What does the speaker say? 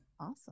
Awesome